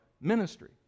ministry